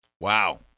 wow